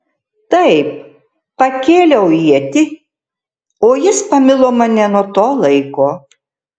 taip pakėliau ietį o jis pamilo mane nuo to laiko